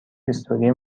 هیستوری